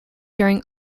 during